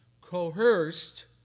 coerced